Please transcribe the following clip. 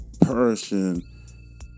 person